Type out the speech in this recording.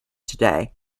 today